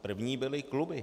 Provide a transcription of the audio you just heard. První byly kluby.